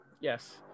Yes